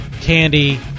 candy